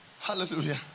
Hallelujah